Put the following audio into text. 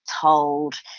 told